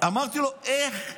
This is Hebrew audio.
אמרתי לו: איך?